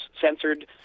Censored